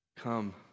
Come